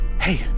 Hey